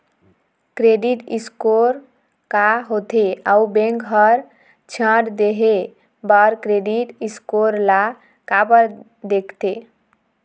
Credit score का होथे अउ बैंक हर ऋण देहे बार क्रेडिट स्कोर ला काबर देखते?